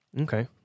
Okay